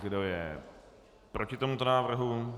Kdo je proti tomuto návrhu?